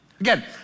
Again